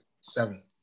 seven